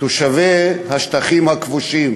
תושבי השטחים הכבושים,